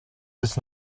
bis